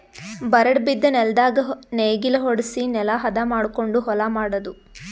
ಬರಡ್ ಬಿದ್ದ ನೆಲ್ದಾಗ ನೇಗಿಲ ಹೊಡ್ಸಿ ನೆಲಾ ಹದ ಮಾಡಕೊಂಡು ಹೊಲಾ ಮಾಡದು